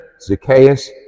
Zacchaeus